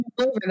over